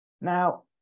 Now